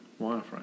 wireframe